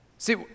See